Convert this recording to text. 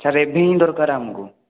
sir ଏବେ ହିଁ ଦରକାର ଆମକୁ